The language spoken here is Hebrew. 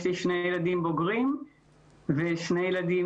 יש לי שני ילדים בוגרים ושני ילדים